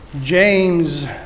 James